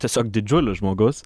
tiesiog didžiulis žmogus